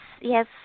yes